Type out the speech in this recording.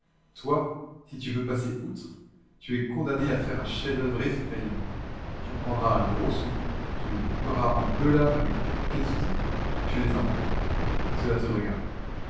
toi si tu veux passer outre tu es condamné à faire un chef-d'oeuvre effrayant tu prendras un gros sou tu le couperas en deux lames avec quels outils tu les inventeras cela te regarde